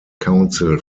council